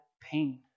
pain